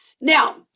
now